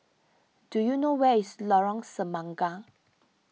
do you know where is Lorong Semangka